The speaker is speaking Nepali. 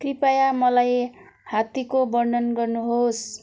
कृपया मलाई हात्तीको वर्णन गर्नुहोस्